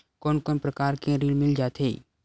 कोन कोन प्रकार के ऋण मिल जाथे?